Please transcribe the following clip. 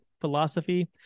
philosophy